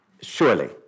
surely